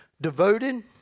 devoted